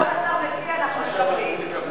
מה שהשר מציע, אנחנו מקבלים.